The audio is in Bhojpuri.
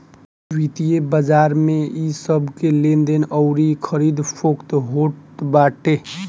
वित्तीय बाजार में इ सबके लेनदेन अउरी खरीद फोक्त होत बाटे